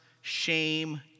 shame